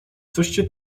coście